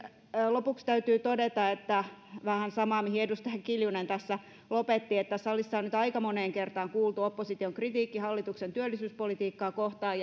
lopuksi täytyy todeta vähän samaa kuin mihin edustaja kiljunen tässä lopetti että salissa on nyt aika moneen kertaan kuultu opposition kritiikki hallituksen työllisyyspolitiikkaa kohtaan